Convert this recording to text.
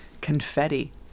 confetti